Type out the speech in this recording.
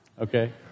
Okay